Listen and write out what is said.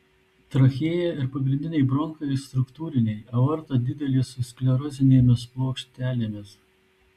trachėja ir pagrindiniai bronchai struktūriniai aorta didelė su sklerozinėmis plokštelėmis